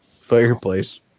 fireplace